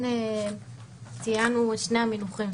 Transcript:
כן ציינו את שני המינוחים,